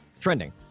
trending